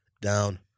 down